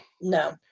No